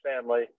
family